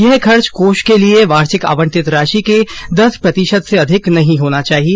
यह खर्च कोष के लिए वार्षिक आवंटित राशि के दस प्रतिशत से अधिक नहीं होना चाहिए